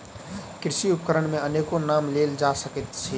कृषि उपकरण मे अनेको नाम लेल जा सकैत अछि